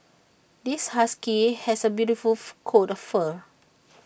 this husky has A beautiful for coat of fur